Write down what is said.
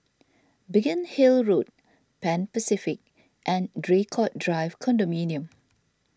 Biggin Hill Road Pan Pacific and Draycott Drive Condominium